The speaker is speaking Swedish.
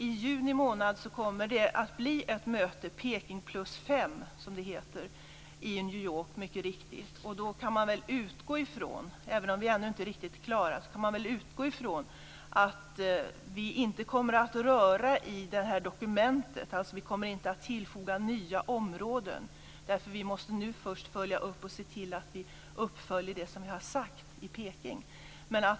I juni månad kommer det att bli ett möte Peking plus 5, som det heter, i New York. Även om vi inte är klara, kan man utgå ifrån att vi inte kommer att röra i dokumentet. Vi kommer inte att tillfoga nya områden. Först måste vi följa upp och se till att vi uppfyller det som vi har sagt i Peking.